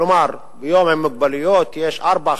כלומר ביום של אנשים עם מוגבלויות יש ארבע,